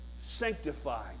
sanctified